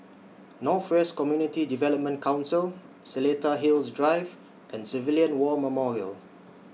North West Community Development Council Seletar Hills Drive and Civilian War Memorial